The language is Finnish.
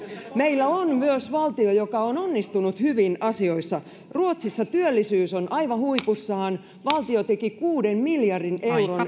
meillä on myös valtio joka on onnistunut hyvin asioissa ruotsissa työllisyys on aivan huipussaan valtio teki kuuden miljardin euron